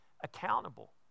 accountable